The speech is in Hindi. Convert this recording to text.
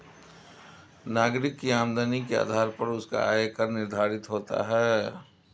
नागरिक की आमदनी के आधार पर उसका आय कर निर्धारित होता है